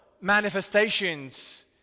manifestations